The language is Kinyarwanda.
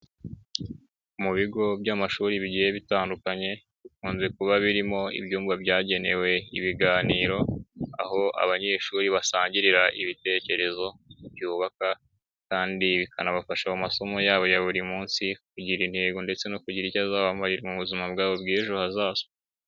Mu bigo by'amashuri bigiye bitandukanye bikunze kuba birimo ibyumba byagenewe ibiganiro, aho abanyeshuri basangirira ibitekerezo byubaka kandi bikanabafasha mu masomo yabo ya buri munsi, kugira intego ndetse no kugira icyo azabamarira mu buzima bwabo bw'ejo hazaza.